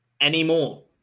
anymore